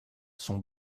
son